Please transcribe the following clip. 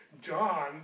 John